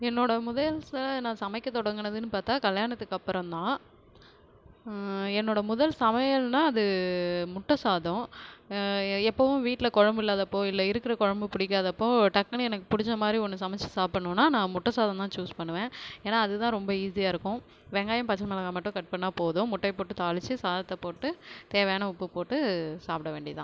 என்னோடய முதல் ச நான் கமைக்கத் தொடங்கினதுன்னு பார்த்தா கல்யாணத்துக்கு அப்புறம் தான் என்னோடய முதல் சமையல்னா அது முட்டை சாதம் எப்போவும் வீட்டில் குழம்பு இல்லாதப்போ இல்லை இருக்கிற குழம்பு பிடிக்காதப்போ டக்குனு எனக்கு பிடிச்ச மாதிரி ஒன்று சமச்சு சாப்பிட்ணுன்னா நான் முட்டை சாதம் தான் சூஸ் பண்ணுவேன் ஏன்னால் அதுதான் ரொம்ப ஈஸியாருக்கும் வெங்காயம் பச்சை மிளகாய் மட்டும் கட் பண்ணால் போதும் முட்டையப் போட்டு தாளித்து சாதத்தைப் போட்டு தேவையான உப்புப் போட்டு சாப்பிட வேண்டிய தான்